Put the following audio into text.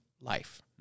life